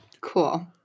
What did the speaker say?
Cool